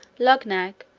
luggnagg,